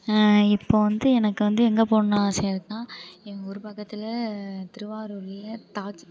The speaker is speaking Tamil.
இப்போ வந்து எனக்கு வந்து எங்கே போகணுன்னு ஆசையாக இருக்குதுன்னா எங்கள் ஊர் பக்கத்தில் திருவாரூரில் தாஜ்